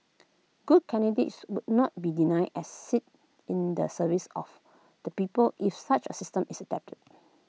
good candidates would not be denied as seat in the service of the people if such A system is adapted